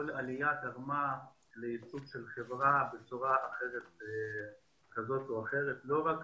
כל עלייה תרמה לעיצוב חברה בצורה כזו או אחרת ולא רק